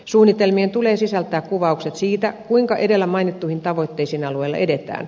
suunnitelmien tulee sisältää kuvaukset siitä kuinka edellä mainittuihin tavoitteisiin alueilla edetään